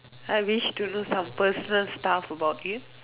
I wish to know some personal stuff about you